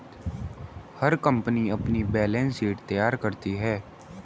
हर company अपनी balance sheet तैयार करती है